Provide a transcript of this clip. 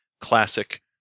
classic